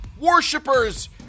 worshippers